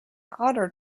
otter